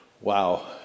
Wow